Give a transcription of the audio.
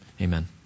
Amen